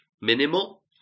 minimal